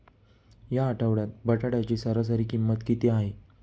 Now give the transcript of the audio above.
या आठवड्यात बटाट्याची सरासरी किंमत किती आहे?